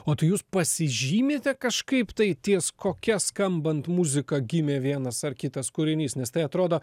o tai jūs pasižymite kažkaip tai ties kokia skambant muzika gimė vienas ar kitas kūrinys nes tai atrodo